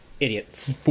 Idiots